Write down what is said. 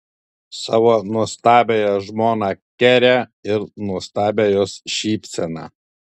savo nuostabiąją žmoną kerę ir nuostabią jos šypseną